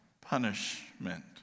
punishment